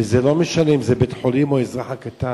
וזה לא משנה אם זה בית-חולים או האזרח הקטן.